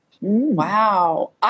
Wow